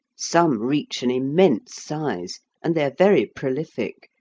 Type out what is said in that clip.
some reach an immense size, and they are very prolific,